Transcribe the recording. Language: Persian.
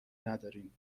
نداریم